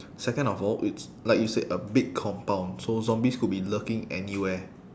second of all it's like you said a big compound so zombies could be lurking anywhere